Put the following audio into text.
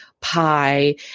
pie